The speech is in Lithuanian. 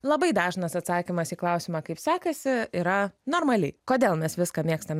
labai dažnas atsakymas į klausimą kaip sekasi yra normaliai kodėl mes viską mėgstam